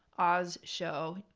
oz show.